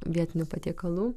vietinių patiekalų